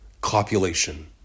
Copulation